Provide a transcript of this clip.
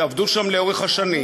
שעבדו שם לאורך השנים,